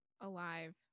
alive